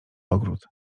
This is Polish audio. ogród